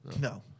No